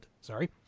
Sorry